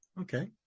Okay